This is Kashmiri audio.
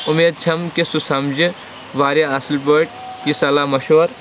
اُمید چھم کہِ سُہ سَمجہِ واریاہ اَصٕل پٲٹھۍ یہِ صَلاح مَشور